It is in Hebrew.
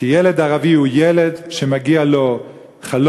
כי ילד ערבי הוא ילד שמגיע לו חלום,